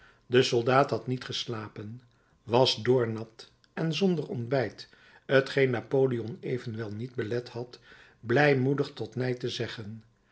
de soldaat had niet geslapen was doornat en zonder ontbijt t geen napoleon evenwel niet belet had blijmoedig tot ney te zeggen